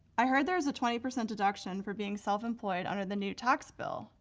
i heard there was a twenty percent deduction for being self-employed under the new tax bill.